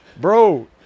Bro